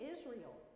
Israel